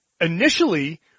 initially